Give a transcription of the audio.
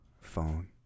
phone